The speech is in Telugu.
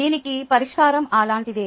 దీనికి పరిష్కారం అలాంటిదే